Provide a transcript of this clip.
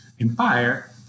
empire